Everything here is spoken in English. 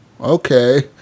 Okay